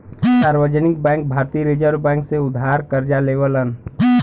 सार्वजनिक बैंक भारतीय reserve bank से उधार करजा लेवलन